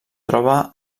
troba